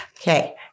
Okay